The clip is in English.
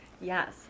yes